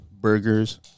Burgers